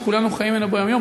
שכולנו חיים ממנו ביום-יום,